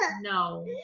No